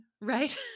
Right